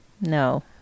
No